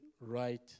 right